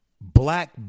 black